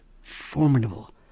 formidable